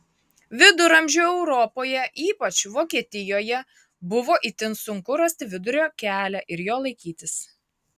viduramžių europoje ypač vokietijoje buvo itin sunku rasti vidurio kelią ir jo laikytis